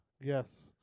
Yes